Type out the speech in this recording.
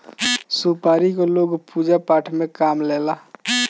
सुपारी के लोग पूजा पाठ में काम लेला